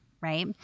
Right